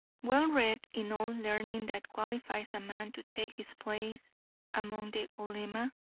well read in all learning that qualifies a man to take his place among the ulema,